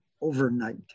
overnight